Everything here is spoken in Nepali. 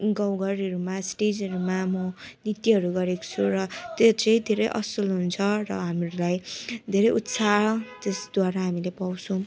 गाउँघरहरूमा स्टेजहरूमा म नृत्यहरू गरेको छु र त्यो चाहिँ धेरै असल हुन्छ र हामीहरूलाई धेरै उत्साह जसद्वारा हामीले पाउँछौँ